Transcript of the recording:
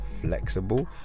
flexible